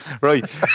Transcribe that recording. right